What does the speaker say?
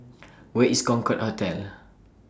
Where IS Concorde Hotel